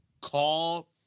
call